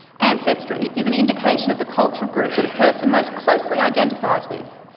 ancestry is an indication of the cultural group but a person most closely identifies with.